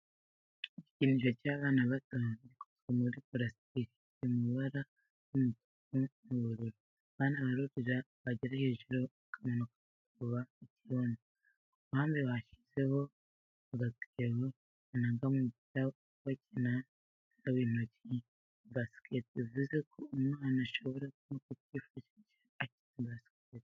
Igikinisho cy'abana bato gikoze muri parasitike kiri mu ibara ry'umutuku n'ubururu, abana barurira bagera hejuru bakamanuka bakuba ikibuno. Ku ruhande bashyizeho agatebo banagamo umupira iyo bakina umupira w'intoki wa basikete, bivuze ngo umwana ashobora no ku kifashisha akina basikete.